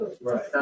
right